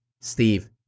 Steve